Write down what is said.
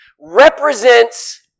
represents